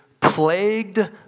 plagued